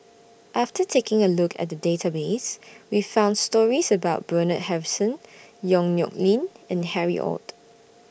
after taking A Look At The Database We found stories about Bernard Harrison Yong Nyuk Lin and Harry ORD